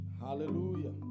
Hallelujah